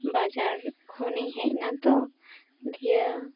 ᱵᱟᱡᱟᱨ ᱠᱷᱚᱱᱤᱧ ᱦᱮᱡ ᱮᱱᱟᱛᱚ ᱫᱤᱭᱮ